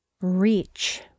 reach